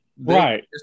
right